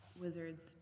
Wizards